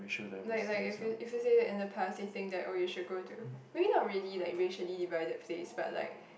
like like if you if you say that in the past they think that oh you should go to maybe not really like racially divided place but like